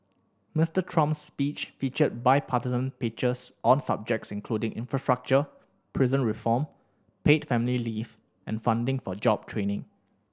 Mister Trump's speech featured bipartisan pitches on subjects including infrastructure prison reform paid family leave and funding for job training